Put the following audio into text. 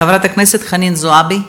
חברת הכנסת חנין זועבי.